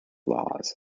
laws